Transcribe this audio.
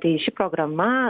tai ši programa